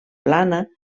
plana